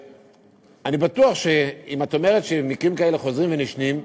ואני בטוח שאם את אומרת שמקרים כאלה חוזרים ונשנים,